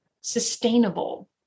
sustainable